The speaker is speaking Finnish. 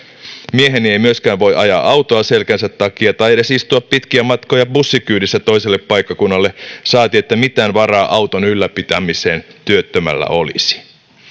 mieheni ei myöskään voi ajaa autoa selkänsä takia tai edes istua pitkiä matkoja bussin kyydissä toiselle paikkakunnalle saati että mitään varaa auton ylläpitämiseen työttömällä olisi